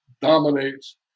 dominates